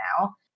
now